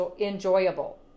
enjoyable